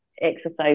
exercise